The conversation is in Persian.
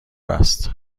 است